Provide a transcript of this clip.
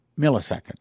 millisecond